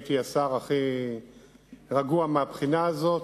הייתי השר הכי רגוע מהבחינה הזאת.